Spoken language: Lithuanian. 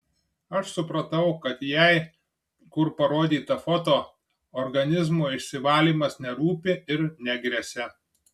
aš supratau kad jai kur parodyta foto organizmo išsivalymas nerūpi ir negresia